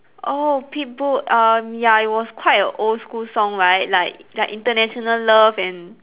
oh Pitbull um ya it was quite a old school song right like like international love and